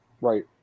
right